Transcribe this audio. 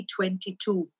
2022